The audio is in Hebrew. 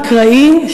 המקראי,